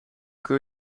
kun